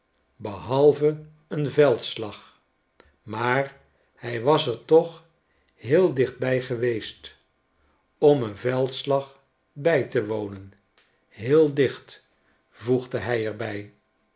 behalve een veldslag maar hij was er toch heel dicht bij geweest om een veldslag bij te wonen heel dicht voegde hij er